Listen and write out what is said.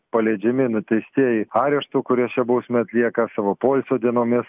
paleidžiami nuteistieji areštu kurie šią bausmę atlieka savo poilsio dienomis